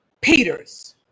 Peter's